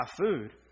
food